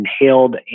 inhaled